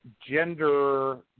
gender